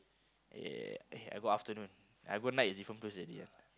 yeah eh I go afternoon I go night is different place already